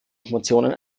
informationen